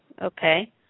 Okay